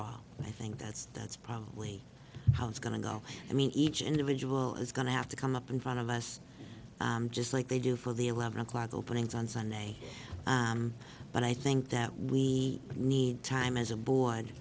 all i think that's that's probably how it's going to go i mean each individual is going to have to come up in front of us just like they do for the eleven o'clock openings on sunday but i think that we need time as a board